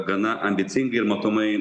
gana ambicingai ir matomai